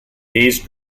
these